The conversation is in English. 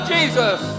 Jesus